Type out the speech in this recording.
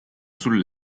sul